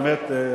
באמת,